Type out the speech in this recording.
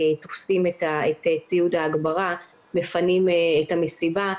תופסים את ציוד ההגברה ומפנים את המסיבה.